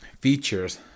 features